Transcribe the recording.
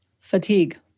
Fatigue